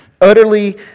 utterly